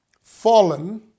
fallen